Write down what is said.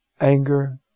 Anger